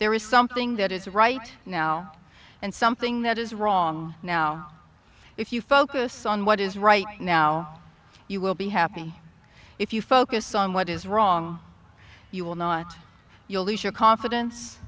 there is something that is right now and something that is wrong now if you focus on what is right now you will be happy if you focus on what is wrong you will not you'll lose your confidence